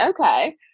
Okay